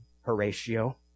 Horatio